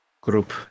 group